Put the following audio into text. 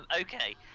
Okay